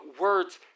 words